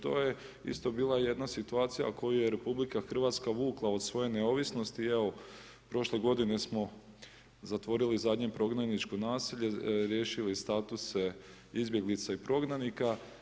To je isto bila jedna situacija koju je RH vukla od svoje neovisnosti, evo prošle godine smo zatvorili zadnje prognaničko nasilje, riješili statuse izbjeglica i prognanika.